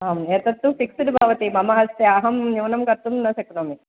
आम् एतत् तु फ़िक्स्ड् भवति मम हस्ते अहम् न्यूनं कर्तुं न सक्नोमि